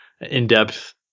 in-depth